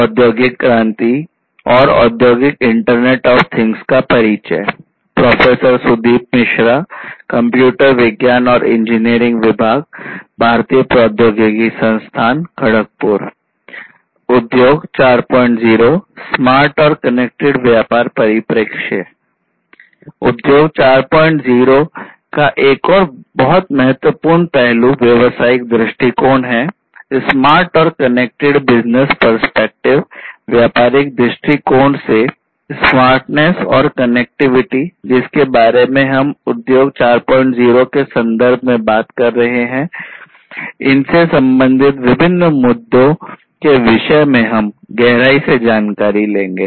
उद्योग 40 का एक और बहुत महत्वपूर्ण पहलू व्यावसायिक दृष्टिकोण है स्मार्ट और कनेक्टेड बिजनेस पर्सपेक्टिव जिसके बारे में हम उद्योग 40 के संदर्भ में बात कर रहे इनसे संबंधित विभिन्न मुद्दों के विषय में हम और गहराई से जानकारी लेंगे